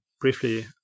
briefly